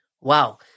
Wow